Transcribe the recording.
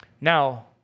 Now